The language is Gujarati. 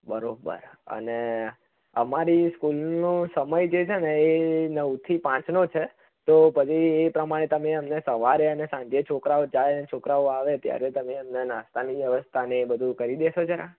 બરાબર અને અમારી સ્કૂલનો સમય જે છે ને એ નવથી પાંચનો છે તો પછી એ પ્રમાણે તમે અમને સવારે અને સાંજે છોકરાઓ જાય અને છોકરાઓ આવે ત્યારે તમે અમને નાસ્તાની વ્યવસ્થાને એ બધું કરી દેશો જરા